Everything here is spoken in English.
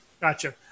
Gotcha